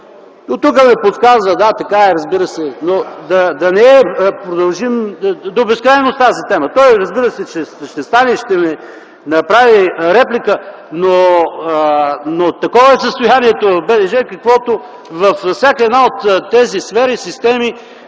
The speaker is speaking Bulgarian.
Тук ми подсказват. Да, така е, но да не я продължим до безкрайност тази тема. Той, разбира се, ще стане и ще ми направи реплика, но такова е състоянието в БДЖ, каквото е във всяка една от тези сфери, системи,